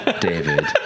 David